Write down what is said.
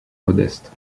modeste